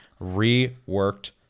reworked